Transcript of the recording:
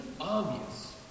obvious